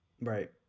Right